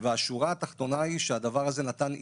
השורה התחתונה היא שהדבר הזה נתן איזון,